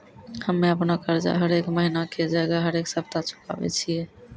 हम्मे अपनो कर्जा हरेक महिना के जगह हरेक सप्ताह चुकाबै छियै